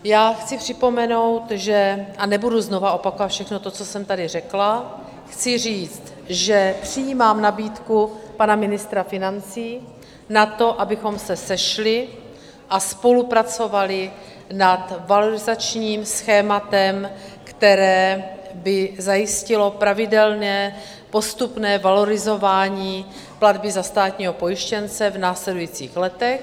Já chci připomenout, a nebudu znovu opakovat všechno to, co jsem tady řekla, chci říct, že přijímám nabídku pana ministra financí na to, abychom se sešli a spolupracovali nad valorizačním schématem, které by zajistilo pravidelné postupné valorizování platby za státního pojištěnce v následujících letech.